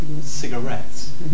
cigarettes